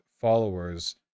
followers